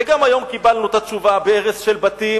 וגם היום קיבלנו את התשובה בהרס של בתים